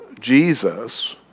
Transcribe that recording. Jesus